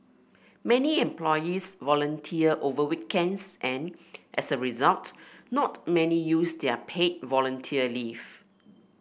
many employees volunteer over weekends and as a result not many use their paid volunteer leave